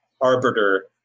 arbiter